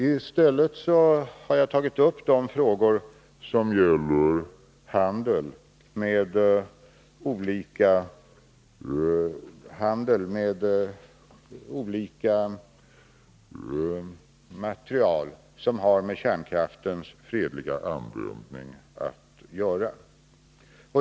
I stället har jag tagit upp de frågor som gäller handel med olika material som har med kärnkraftens fredliga användning att göra.